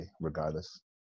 regardless